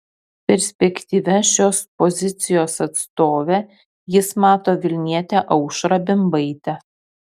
perspektyvia šios pozicijos atstove jis mato vilnietę aušrą bimbaitę